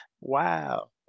Wow